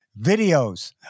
videos